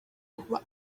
kuba